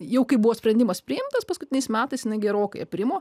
jau kaip buvo sprendimas priimtas paskutiniais metais jinai gerokai aprimo